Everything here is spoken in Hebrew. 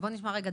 בוא נשמע רגע,